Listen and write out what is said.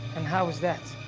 and how was that!